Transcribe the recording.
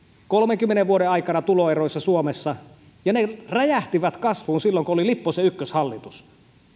kolmenkymmenen vuoden aikana tuloeroissa suomessa ne räjähtivät kasvuun silloin kun oli lipposen ykköshallitus